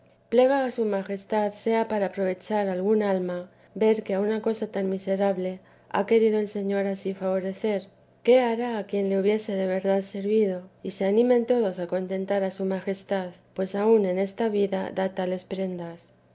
plega a su majestad sea para aprovechar a alguna alma ver que a una cosa tan miserable ha querido el señor ansí favorecer qué hará a quien le hubiere de verdad servido y se animen todos a contentar a su majestad pues aun en esta vida da tales prendas